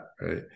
Right